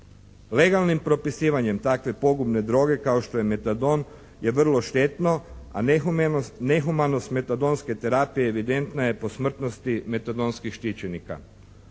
Legalnim propisivanjem takve pogubne droge kao što je metadon je vrlo štetno, a nehumanost metadonske terapije evidentna je po smrtnosti metadonskih štićenika.